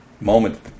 moment